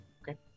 Okay